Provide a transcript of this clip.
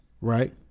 right